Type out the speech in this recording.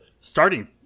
starting